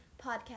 podcast